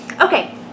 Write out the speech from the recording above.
Okay